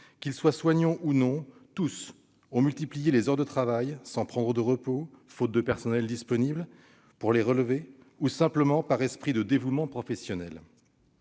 qu'ils soient soignants ou non, ont tous multiplié les heures de travail sans prendre de repos, faute de personnel disponible pour les relever, ou, simplement, par esprit de dévouement professionnel.